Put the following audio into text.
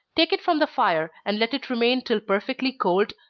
take it from the fire, and let it remain till perfectly cold,